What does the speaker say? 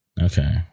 Okay